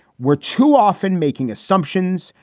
we're too often making assumptions,